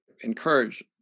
encourage